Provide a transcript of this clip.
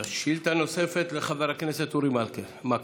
שאלה נוספת, לחבר הכנסת אורי מקלב.